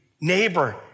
neighbor